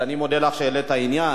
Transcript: אז אני מודה לך שהעלית את העניין.